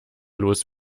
los